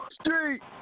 Street